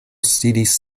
sidis